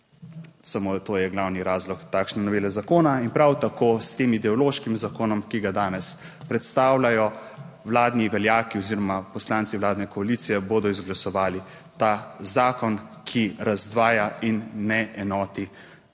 Samo to je glavni razlog takšne novele zakona in prav tako s tem ideološkim zakonom, ki ga danes predstavljajo vladni veljaki oziroma poslanci vladne koalicije bodo izglasovali ta zakon, ki razdvaja in ne enoti